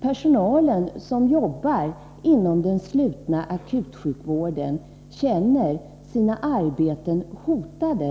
Personalen som jobbar inom den slutna akutsjukvården känner sina arbeten hotade.